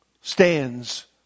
stands